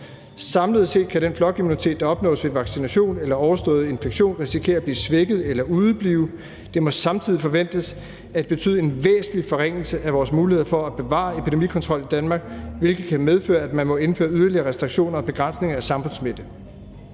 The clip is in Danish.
Samlet set kan den flokimmunitet, der opnås ved vaccination eller overstået infektion, risikere at blive svækket eller udeblive. Det må samtidigt forventes at betyde en væsentlig forringelse af vores muligheder for at bevare epidemikontrol i Danmark, hvilket kan medføre, at man må indføre yderligere restriktioner og begrænsninger på samfundslivet